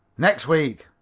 next week.